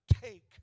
take